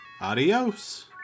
Adios